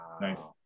Nice